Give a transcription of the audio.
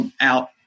out